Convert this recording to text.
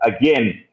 again